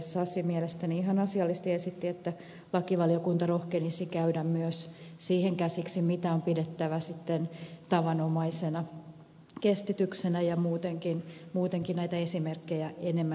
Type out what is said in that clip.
sasi mielestäni ihan asiallisesti esitti että lakivaliokunta rohkenisi käydä käsiksi myös siihen mitä on pidettävä tavanomaisena kestityksenä ja muutenkin ottaisi näitä esimerkkejä enemmän